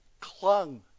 clung